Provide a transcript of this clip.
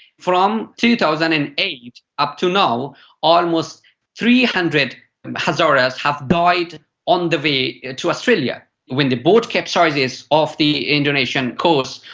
from two thousand and eight up to now almost three hundred hazaras have died on the way to australia when the boat capsizes off the indonesian coast,